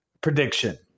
prediction